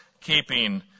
keeping